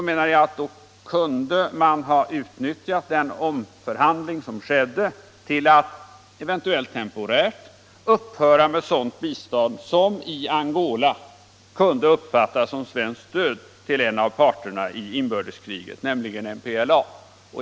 Man kunde, anser jag, ha utnyttjat den omförhandling som skedde till att, eventuellt temporärt, upphöra med sådant bistånd som i Angola kunde uppfattas som svenskt stöd till en av parterna i inbördeskriget, nämligen MPLA.